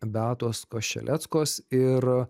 beatos koščeleckos ir